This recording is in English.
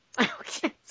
Okay